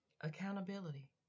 Accountability